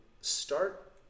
start